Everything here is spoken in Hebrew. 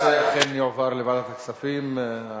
ההצעה להעביר את הנושא לוועדת הכספים נתקבלה.